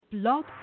Blog